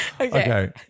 Okay